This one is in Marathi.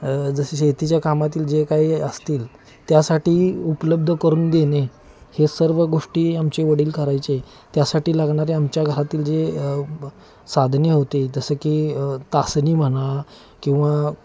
जसं शेतीच्या कामातील जे काही असतील त्यासाठी उपलब्ध करून देणे हे सर्व गोष्टी आमचे वडील करायचे त्यासाठी लागणारे आमच्या घरातील जे साधने होते जसं की तासणी म्हणा किंवा